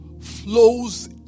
flows